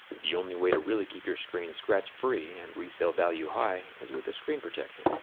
the only way to really keep your screen scratch free and resale value high is with a screen protector.